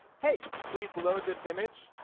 hey, please load this image,